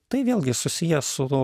tai vėlgi susiję su